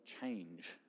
change